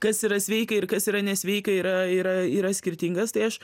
kas yra sveika ir kas yra nesveika yra yra yra skirtingas tai aš